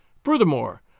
Furthermore